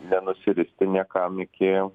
nenusiristi niekam iki